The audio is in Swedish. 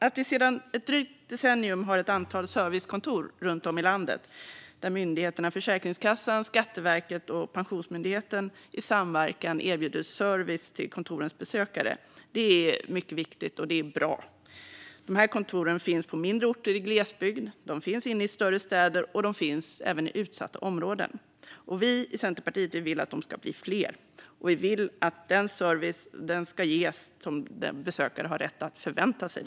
Att vi sedan ett drygt decennium har ett antal servicekontor runt om i landet där myndigheterna Försäkringskassan, Skatteverket och Pensionsmyndigheten i samverkan erbjuder service till kontorens besökare är mycket viktigt och bra. De här kontoren finns på mindre orter i glesbygd. De finns också inne i större städer. De finns även i utsatta områden. Vi i Centerpartiet vill att de ska bli fler. Och vi vill att de ska ge den service som besökare har rätt att förvänta sig.